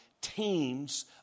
teams